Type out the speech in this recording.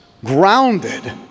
grounded